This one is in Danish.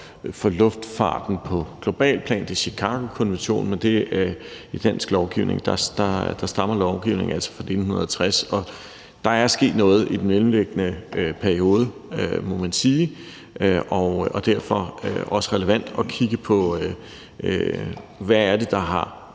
for luftfarten på globalt plan, nemlig Chicagokonventionen, men i dansk sammenhæng stammer lovgivningen altså fra 1960, og der er sket noget i den mellemliggende periode, må man sige, og det er derfor også relevant at kigge på, hvad der har